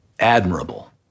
admirable